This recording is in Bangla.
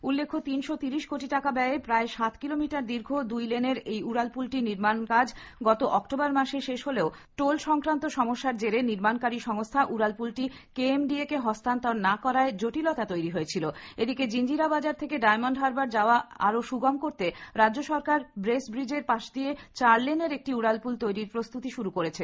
উল্লেখ্য তিনশো তিরিশ কোটি টাকা ব্যায়ে প্রায় সাত কিলোমিটার দীর্ঘ দুই লেনের এই উড়ালপুলটির নির্মাণ কাজ গত অক্টোবর মাসে শেষ হলেও টোল সংক্রান্ত সমস্যার জেরে নির্মানকারী সংস্থা উডালপুলটি কেএমডিএ কে হস্তান্তর না করায় জটিলতা ডায়মন্ডহারবার যাওয়া আরও সুগম করতে রাজ্য সরকার ব্রেসব্রিজের পাশ দিয়ে চার লেনের একটি উড়ালপুল তৈরির প্রস্তুতি শুরু করেছে